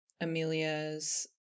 Amelia's